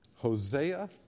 Hosea